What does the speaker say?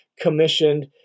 commissioned